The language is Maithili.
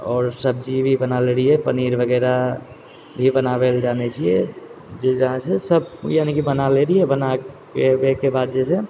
आओर सब्जी भी बना लैत रहियै पनीर वगैरह भी बनाबै लए जानै छियै जे जहाँ छै सब यानि की बना लैत रहियै बनाबैके बाद जे छै से